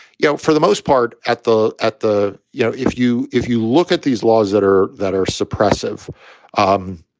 you know, for the most part, at the at the you know, if you if you look at these laws that are that are suppressive um